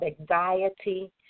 anxiety